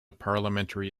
parliamentary